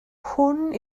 hwn